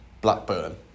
Blackburn